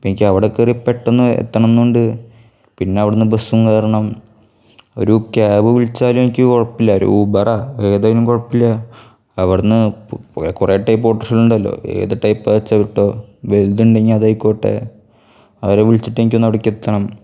അപ്പോൾ എനിക്ക് അവിടെ കയറിയാൽ പെട്ടെന്ന് എത്തണമെന്നുണ്ട് പിന്നെ അവിടടെ നിന്ന് ബസും കയറണം ഒരു കാബ് വിളിച്ചാൽ എനിക്ക് കുഴപ്പമില്ല ഒരു ഊബറോ ഏതായാലും കുഴപ്പമില്ല അവിടെ നിന്ന് കുറെ ടൈപ് ഓട്ടോറിക്ഷകൾ ഉണ്ടല്ലോ ഏത് ടൈപ് ആച്ചാൽ വിട്ടോ വലുതുണ്ടെങ്കിൽ അതായിക്കോട്ടെ അവരെ വിളിച്ചിട്ട് എനിക്കൊന്നു അവിടേക്ക് എത്തണം